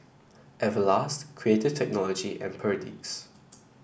Everlast Creative Technology and Perdix